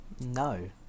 No